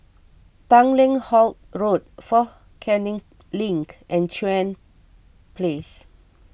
Tanglin Halt Road fort Canning Link and Chuan Place